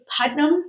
Putnam